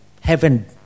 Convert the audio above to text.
heaven